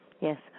Yes